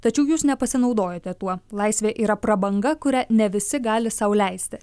tačiau jūs nepasinaudojote tuo laisvė yra prabanga kurią ne visi gali sau leisti